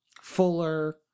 fuller